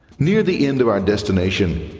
near the end of our destination,